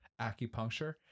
acupuncture